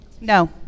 no